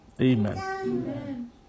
Amen